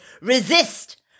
resist